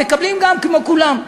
הם מקבלים גם כמו כולם,